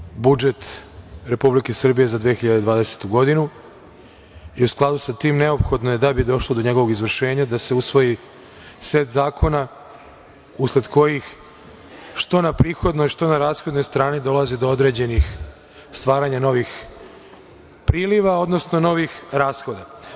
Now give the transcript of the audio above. Juče je usvojen budžet Republike Srbije za 2022. godinu i u skladu sa tim, neophodno je da došlo do njegovog izvršenja da se usvoji set zakona, usled kojih, što na prihodnoj, što na rashodnoj strani, dolazi do određenih stvaranja novih priliva, odnosno novih rashoda.